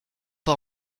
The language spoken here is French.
pas